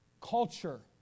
culture